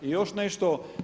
I još nešto.